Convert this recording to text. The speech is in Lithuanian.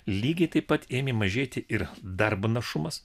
lygiai taip pat ėmė mažėti ir darbo našumas